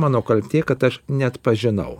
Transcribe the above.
mano kaltė kad aš neatpažinau